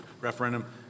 referendum